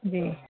जी